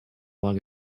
long